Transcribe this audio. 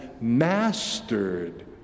mastered